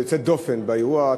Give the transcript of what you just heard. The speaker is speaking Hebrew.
יוצאת הדופן באירוע.